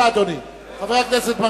התש"ע 2009, נתקבלה.